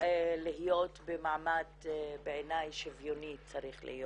להיות במעמד שוויוני.